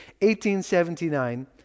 1879